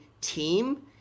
team